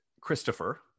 Christopher